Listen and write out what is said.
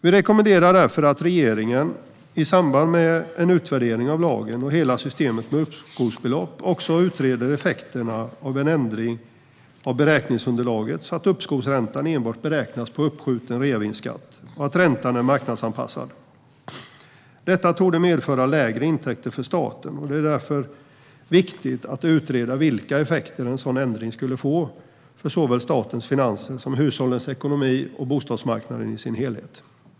Vi rekommenderar därför regeringen att i samband med en utvärdering av lagen och hela systemet med uppskovsbelopp också utreda effekterna av en ändring av beräkningsunderlaget, så att uppskovsräntan enbart beräknas på uppskjuten reavinstskatt och att räntan är marknadsanpassad. Detta torde medföra lägre intäkter för staten. Det är därför viktigt att utreda vilka effekter en sådan ändring skulle få för såväl statens finanser som hushållens ekonomi och bostadsmarknaden i sin helhet.